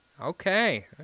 Okay